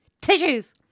Tissues